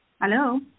Hello